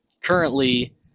currently